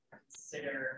consider